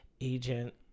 Agent